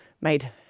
made